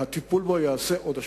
והטיפול בו ייעשה עוד השנה.